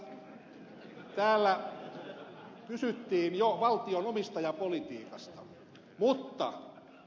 täällä kysyttiin jo valtion omistajapolitiikasta mutta ed